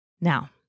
Now